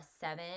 seven